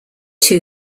two